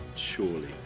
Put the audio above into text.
Surely